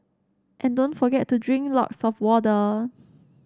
and don't forget to drink lots of water